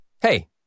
Hey